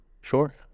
Sure